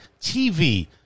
TV